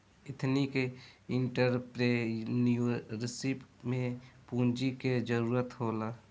ethnic entrepreneurship में पूंजी के जरूरत होला